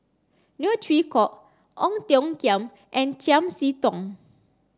Neo Chwee Kok Ong Tiong Khiam and Chiam See Tong